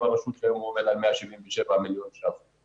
הרשות שהיום עומד על 177 מיליון שקלים.